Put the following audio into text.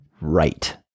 right